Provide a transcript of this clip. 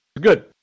Good